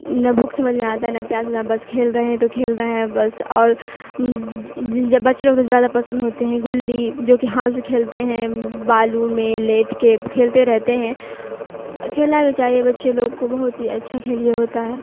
نا بھوک سمجھ میں آتا ہے نہ پیاس بس کھیل رہے ہیں تو کھیل رہے ہیں بس اور جب بچے لوگ کو زیادہ پسند ہوتے ہیں گلی جو کہ ہاتھ سے کھیلتے ہیں بالو میں لیٹ کے کھیلتے رہتے ہیں کھیلنا بھی چاہیے بچے لوگ کو بہت ہی اچھا کھیل یہ ہوتا ہے